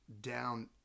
down